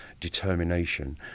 Determination